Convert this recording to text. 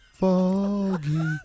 foggy